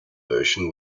version